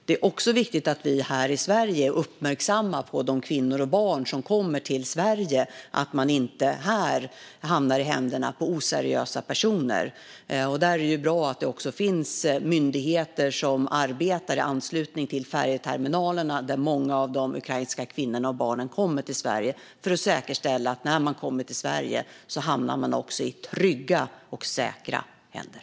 Det är också viktigt att vi i Sverige uppmärksammar de kvinnor och barn som kommer till Sverige på dessa frågor så att de inte här hamnar i händerna på oseriösa personer. Där är det bra att det finns myndigheter som arbetar i anslutning till färjeterminalerna, dit många av de ukrainska kvinnorna och barnen som kommer till Sverige kommer. Vi ska säkerställa att när de kommer till Sverige hamnar de i trygga och säkra händer.